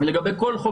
זה נכון לגבי כל חוק,